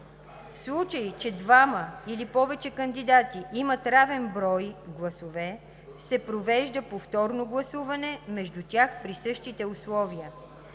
В случай че двама или повече кандидати имат равен брой гласове, се провежда повторно гласуване между тях при същите условия.